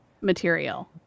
material